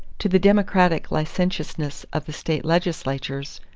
to the democratic licentiousness of the state legislatures,